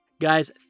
guys